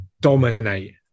dominate